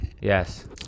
Yes